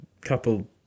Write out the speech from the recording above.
couple